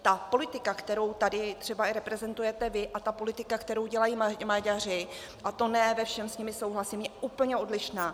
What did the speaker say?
Ta politika, kterou tady třeba i reprezentujete vy, a ta politika, kterou dělají Maďaři, a to ne ve všem s nimi souhlasím, je úplně odlišná.